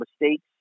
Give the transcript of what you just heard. mistakes